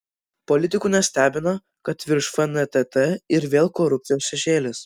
politikų nestebina kad virš fntt ir vėl korupcijos šešėlis